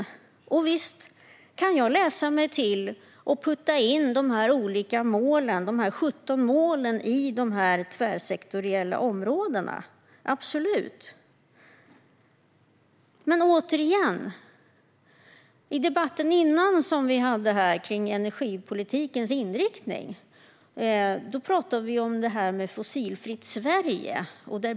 Visst kan jag putta in de 17 olika målen i de här tvärsektoriella områdena - absolut! Men jag kan jämföra med den föregående debatten om energipolitikens inriktning. Där pratade vi ju om det här med ett fossilfritt Sverige.